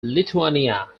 lithuania